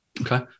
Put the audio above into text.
Okay